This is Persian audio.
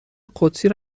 قدسی